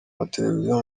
mateleviziyo